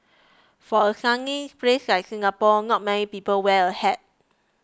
for a sunny place like Singapore not many people wear a hat